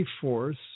force